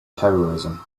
terrorism